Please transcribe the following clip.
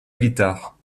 guitare